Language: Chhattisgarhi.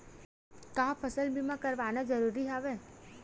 का फसल बीमा करवाना ज़रूरी हवय?